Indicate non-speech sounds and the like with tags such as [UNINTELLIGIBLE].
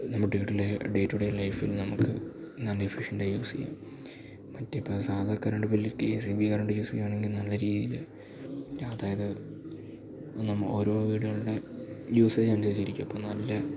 [UNINTELLIGIBLE] day to day ലൈഫിൽ നമുക്ക് നല്ല എഫിഷ്യൻറ്റായി യൂസ് ചെയ്യാം മറ്റെ ഇപ്പോള് സാധാ current [UNINTELLIGIBLE] K S E B current use ചെയ്യുകയാണെങ്കില് നല്ല രീതിയില് അതായത് ഓരോ വീടുകളുടെയും യൂസേജ് അനുസരിച്ചിരിക്കും അപ്പോള് നല്ല